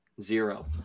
Zero